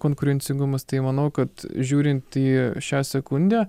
konkurencingumas tai manau kad žiūrint į šią sekundę